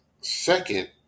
second